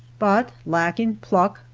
but lacking pluck,